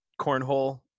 cornhole